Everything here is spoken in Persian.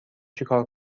چیکار